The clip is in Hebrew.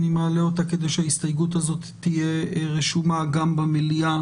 כדי שההסתייגות הזו תהיה רשומה גם במליאה